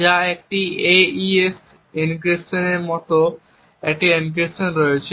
যা একটি AES এনক্রিপশনের মতো একটি এনক্রিপশন করছে